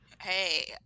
Hey